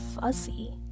fuzzy